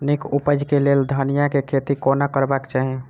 नीक उपज केँ लेल धनिया केँ खेती कोना करबाक चाहि?